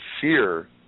fear